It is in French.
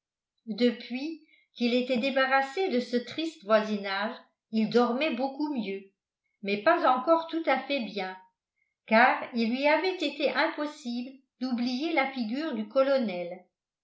depuis qu'il était débarrassé de ce triste voisinage il dormait beaucoup mieux mais pas encore tout à fait bien car il lui avait été impossible d'oublier la figure du colonel